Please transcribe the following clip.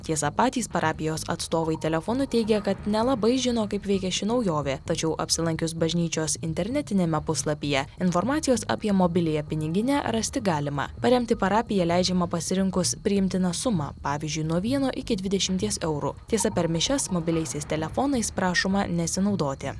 tiesa patys parapijos atstovai telefonu teigia kad nelabai žino kaip veikia ši naujovė tačiau apsilankius bažnyčios internetiniame puslapyje informacijos apie mobiliąją piniginę rasti galima paremti parapiją leidžiama pasirinkus priimtiną sumą pavyzdžiui nuo vieno iki dvidešimties eurų tiesa per mišias mobiliaisiais telefonais prašoma nesinaudoti